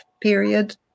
period